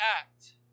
act